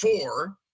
four